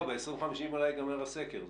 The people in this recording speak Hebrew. ב-2050 אולי ייגמר הסקר.